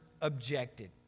objected